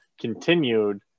continued